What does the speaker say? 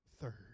third